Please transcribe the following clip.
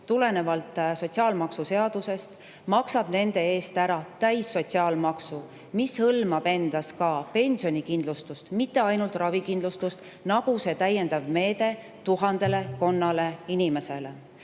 tulenevalt sotsiaalmaksuseadusest maksab nende eest ära täissotsiaalmaksu, mis hõlmab ka pensionikindlustust, mitte ainult ravikindlustust, nagu see täiendav meede tuhatkonnale inimesele.